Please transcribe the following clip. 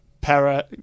Para